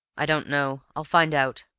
i don't know. i'll find out.